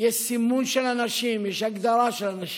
יש סימון של אנשים, יש הגדרה של אנשים.